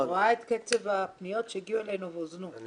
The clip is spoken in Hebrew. אני רואה את קצב הפניות שהגיעו אלינו --- אני